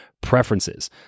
preferences